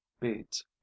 beads